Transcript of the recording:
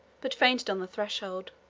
but fainted on the threshold.